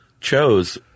chose